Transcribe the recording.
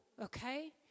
okay